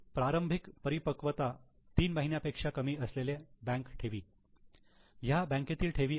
प्रारंभिक परिपक्वता तीन महिन्यापेक्षा कमी असलेल्या बँक ठेवी ह्या बँकेतील ठेवी आहेत